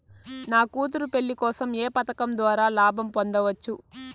నా కూతురు పెళ్లి కోసం ఏ పథకం ద్వారా లాభం పొందవచ్చు?